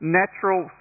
natural